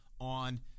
on